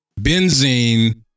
benzene